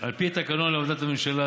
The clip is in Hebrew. על פי התקנון לעבודת הממשלה,